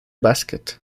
básquet